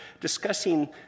discussing